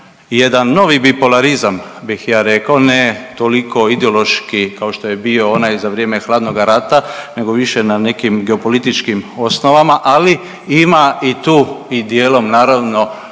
jedan novi bipolarizam bih ja rekao, ne toliko ideološki kao što je bio onaj za vrijeme hladnoga rata nego više na nekim geopolitičkim osnovama, ali ima i tu i dijelom naravno